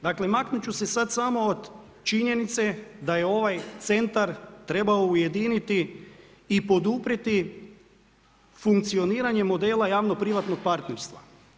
Dakle, maknuti ću se sad samo od činjenice da je ovaj centar, trebao ujediniti i poduprijeti funkcioniranje modela javno privatno partnerstvo.